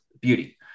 beauty